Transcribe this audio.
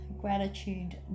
gratitude